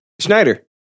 Schneider